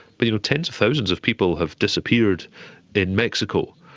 but you know tens of thousands of people have disappeared in mexico.